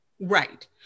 Right